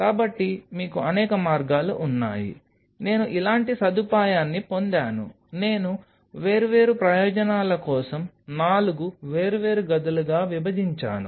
కాబట్టి మీకు అనేక మార్గాలు ఉన్నాయి నేను ఇలాంటి సదుపాయాన్ని పొందాను నేను వేర్వేరు ప్రయోజనాల కోసం నాలుగు వేర్వేరు గదులుగా విభజించాను